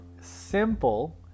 simple